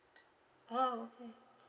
oh okay